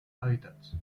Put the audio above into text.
hábitats